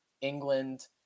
England